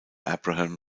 abraham